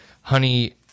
Honey